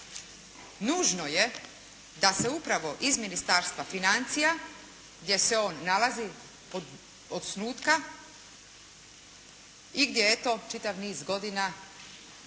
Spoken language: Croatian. nužno je da se upravo iz Ministarstva financija gdje se on nalazi od osnutka i gdje eto, čitav niz godina nije